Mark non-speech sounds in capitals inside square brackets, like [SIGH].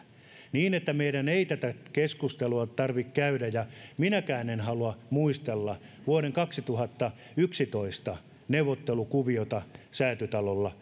niin että meidän ei tätä keskustelua tarvitse käydä minäkään en halua muistella vuoden kaksituhattayksitoista neuvottelukuviota säätytalolla [UNINTELLIGIBLE]